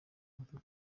batatu